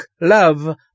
love